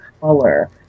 color